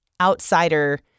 outsider